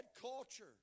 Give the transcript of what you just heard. culture